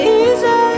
easy